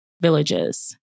villages